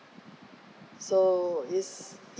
so is